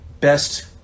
best